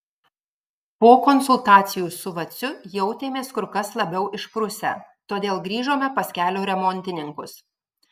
po konsultacijų su vaciu jautėmės kur kas labiau išprusę todėl grįžome pas kelio remontininkus